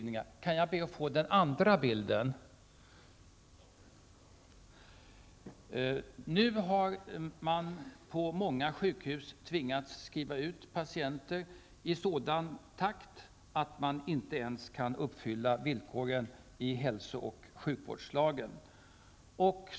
Nu har man på många sjukhus tvingats skriva ut patienter i sådan takt, att man inte ens kan uppfylla villkoren i hälso och sjukvårdslagen.